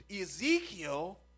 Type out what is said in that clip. Ezekiel